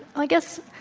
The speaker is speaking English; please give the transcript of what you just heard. i guess,